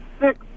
six